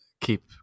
keep